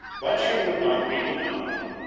but she would not be denied.